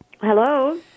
Hello